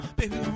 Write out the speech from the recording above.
baby